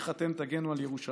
איך אתם תגנו על ירושלים